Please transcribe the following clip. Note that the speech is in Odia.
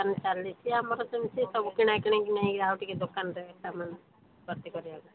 ଦୋକାନ ଚାଲିଛି ଆମର ସବୁ କିଣାକିଣି ଆଉ ଟିକେ ଦୋକାନ ସାମାନ ଭର୍ତ୍ତି କରିବାପାଇଁ